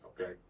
Okay